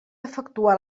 efectuar